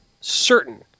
certain